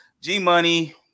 G-Money